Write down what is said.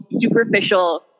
superficial